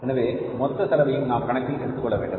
எனவே மொத்த செலவையும் நாம் கணக்கில் எடுக்க வேண்டும்